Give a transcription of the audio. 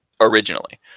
originally